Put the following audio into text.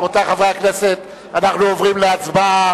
רבותי חברי הכנסת, אנחנו עוברים להצבעה.